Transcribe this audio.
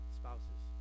spouses